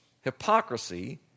hypocrisy